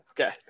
Okay